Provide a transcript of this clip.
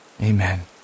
Amen